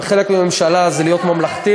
וחלק מממשלה זה להיות ממלכתי,